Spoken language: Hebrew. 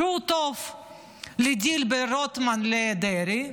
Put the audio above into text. שהוא טוב לדיל בין רוטמן לדרעי,